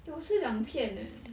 eh 我吃两片 eh